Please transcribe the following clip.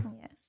Yes